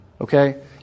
Okay